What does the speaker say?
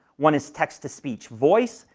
one is text to speech voice,